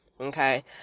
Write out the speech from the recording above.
Okay